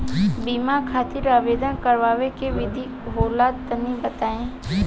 बीमा खातिर आवेदन करावे के विधि का होला तनि बताईं?